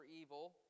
evil